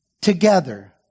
together